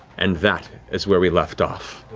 and that is where we left off.